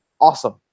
awesome